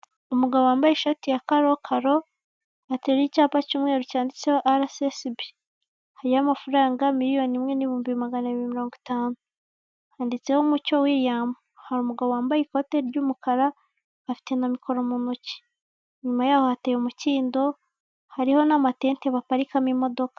Umugabo wambaye ishati ya karokaro, ateruye icyapa cy'umweru cyanditseho arasesibi, hariyo amafaranga miliyoni imwe n'ibihumbi magana abiri mirongo itanu, handitseho umucyo Wiriyamu, hari umugabo wambaye ikote ry'umukara, afite na mikoro mu ntoki inyuma yaho hateye umukindo, hariho n'amatete baparikamo imodoka.